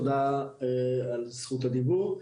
תודה עבור זכות הדיבור.